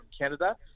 Canada